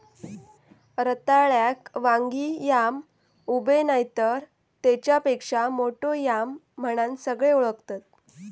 रताळ्याक वांगी yam, ube नायतर तेच्यापेक्षा मोठो याम म्हणान सगळे ओळखतत